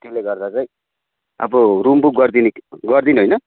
त्यसले गर्दा चाहिँ अब रुम बुक गरिदिने गरिदिनु होइन